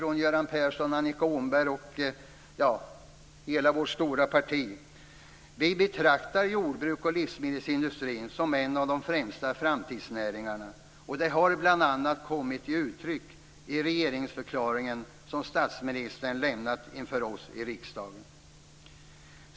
Åhnberg och hela vårt stora parti - betraktar jordbruks och livsmedelsindustrin som en av de främsta framtidsnäringarna. Det har bl.a. kommit till uttryck i den regeringsförklaring som statsministern har lämnat inför oss i riksdagen.